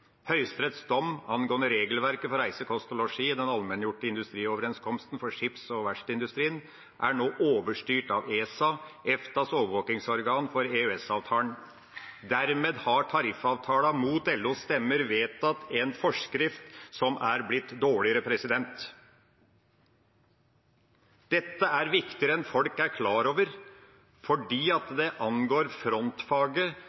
Høyesteretts dom angående regelverket for reise, kost og losji i den allmenngjorte industrioverenskomsten for skips- og verftsindustrien er nå overstyrt av ESA, EFTAs overvåkingsorgan for EØS-avtalen. Dermed har tariffnemnda, mot LOs stemmer, vedtatt en forskrift som er blitt dårligere. Dette er viktigere enn folk er klar over,